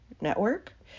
Network